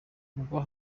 ubwo